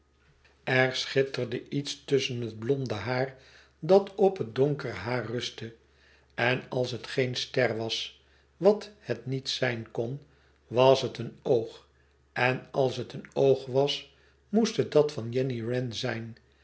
er schitterde iets tusschen het blonde haar dat op het donkere haar rustte en als het geen ster was wat het niet zijn kon was het een oog en als het een oog was moest het dat van jenny wren zijn